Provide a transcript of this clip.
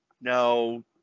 no